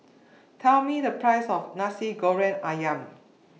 Tell Me The Price of Nasi Goreng Ayam